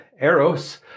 eros